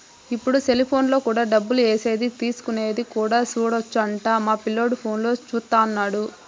ఇప్పుడు సెలిపోనులో కూడా డబ్బులు ఏసేది తీసుకునేది కూడా సూడొచ్చు అంట మా పిల్లోడు ఫోనులో చూత్తన్నాడు